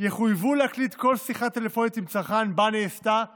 יחויבו להקליט כל שיחה טלפונית עם צרכן שבה נעשתה עסקה,